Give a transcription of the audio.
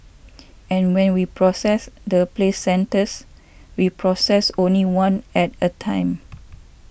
and when we process the placentas we process only one at a time